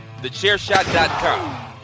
TheChairShot.com